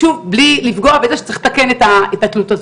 שוב, בלי לפגוע בזה שצריך לתקן את התלות הזאת.